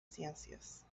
ciencias